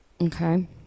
Okay